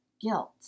guilt